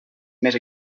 més